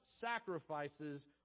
sacrifices